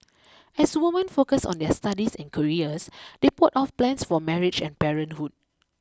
as women focused on their studies and careers they put off plans for marriage and parenthood